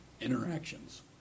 interactions